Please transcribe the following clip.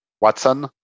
Watson